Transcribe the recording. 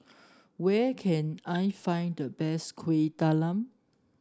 where can I find the best Kuih Talam